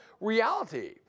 reality